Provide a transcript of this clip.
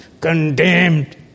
condemned